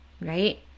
Right